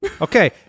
Okay